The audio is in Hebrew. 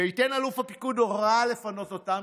וייתן אלוף הפיקוד הוראה לפנות אותם,